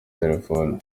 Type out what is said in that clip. telefoni